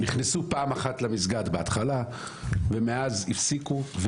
נכנסו פעם אחת למסגד בהתחלה ומאז הפסיקו.